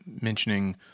mentioning